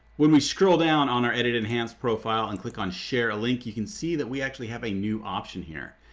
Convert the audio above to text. when we scroll down on our edit enhanced profile and click on share a link you can see that we actually have a new option here,